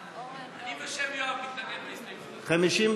ותמר זנדברג לסעיף 1 לא נתקבלה.